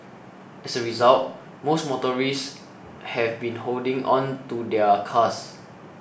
as a result most motorists have been holding on to their cars